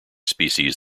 species